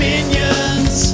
Minions